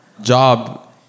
job